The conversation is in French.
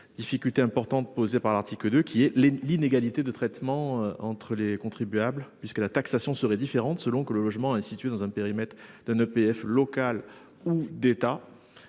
difficultés importantes posées par l'article 2 qui elle est l'inégalité de traitement entre les contribuables puisque la taxation serait différente selon que le logement est situé dans un périmètre d'un EPF local ou d'État.